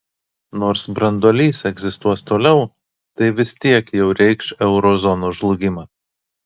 nors branduolys egzistuos toliau tai vis tiek jau reikš euro zonos žlugimą